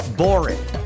boring